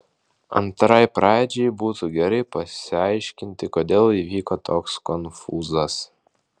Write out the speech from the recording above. antrai pradžiai būtų gerai pasiaiškinti kodėl įvyko toks konfūzas